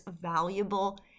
valuable